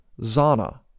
Zana